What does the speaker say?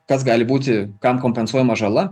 kas gali būti kam kompensuojama žala